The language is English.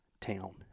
town